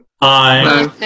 Hi